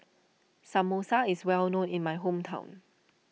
Samosa is well known in my hometown